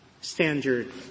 standard